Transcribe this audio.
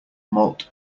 malt